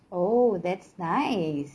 oh that's nice